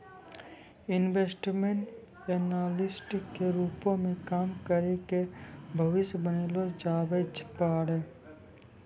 investment analyst के रूपो मे काम करि के भविष्य बनैलो जाबै पाड़ै